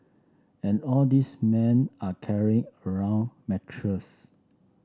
and all these men are carrying around mattress